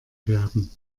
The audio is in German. werden